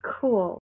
Cool